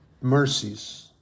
mercies